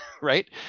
right